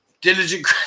Diligent